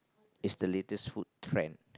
is the latest food trend